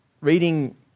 reading